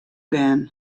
bern